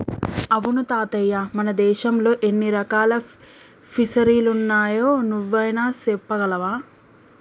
అవును తాతయ్య మన దేశంలో ఎన్ని రకాల ఫిసరీలున్నాయో నువ్వైనా సెప్పగలవా